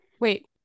Wait